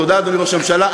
תודה, אדוני ראש הממשלה.